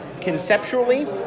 Conceptually